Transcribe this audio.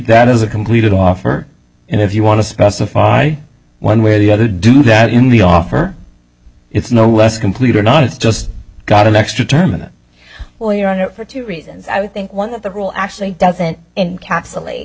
that as a completed offer and if you want to specify one way or the other do that in the offer it's no less complete or not it's just got an extra terminal well you're on it for two reasons i think one of the rule actually doesn't end capsulate